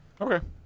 okay